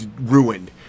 ruined